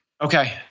Okay